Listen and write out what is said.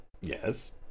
yes